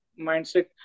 mindset